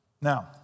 Now